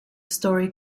story